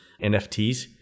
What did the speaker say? NFTs